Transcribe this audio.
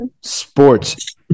Sports